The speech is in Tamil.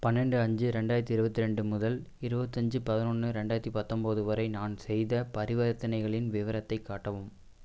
பன்னெண்டு அஞ்சு ரெண்டாயிரத்து இருபத்தி ரெண்டு முதல் இருபத்தஞ்சு பதினொன்று ரெண்டாயிரத்து பத்தொம்பது வரை நான் செய்த பரிவர்த்தனைகளின் விவரத்தை காட்டவும்